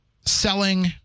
selling